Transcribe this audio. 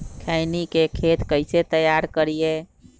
खैनी के खेत कइसे तैयार करिए?